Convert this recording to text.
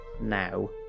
now